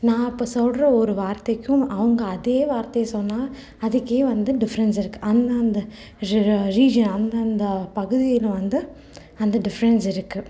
நான் இப்போ சொல்கிற ஒரு வார்த்தைக்கும் அவங்க அதே வார்த்தை சொன்னால் அதுக்கே வந்து டிஃப்ரெண்ட்ஸ் இருக்குது அந்தந்த ரீஜியன் அந்தந்த பகுதியில் வந்து அந்த டிஃப்ரெண்ட்ஸ் இருக்குது